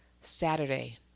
Saturday